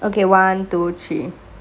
okay one two three